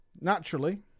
Naturally